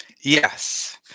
Yes